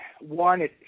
one